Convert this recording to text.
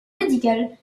médicales